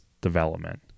development